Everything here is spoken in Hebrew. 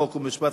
חוק ומשפט,